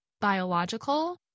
biological